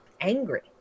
angry